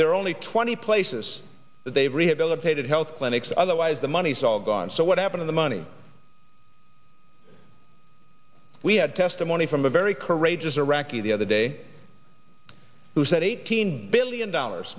are only twenty places that they've rehabilitated health clinics otherwise the money's all gone so what happen to the money we had testimony from a very courageous iraqi the other day who said eighteen billion dollars